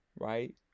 right